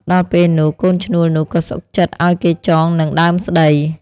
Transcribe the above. ដល់ពេលនោះកូនឈ្នួលនោះ ក៏សុខចិត្តឲ្យគេចងនឹងដើមស្តី។